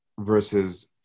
versus